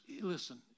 listen